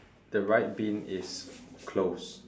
the right bin is closed